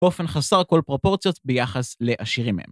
‫באופן חסר כל פרופורציות ‫ביחס לעשירים מהם.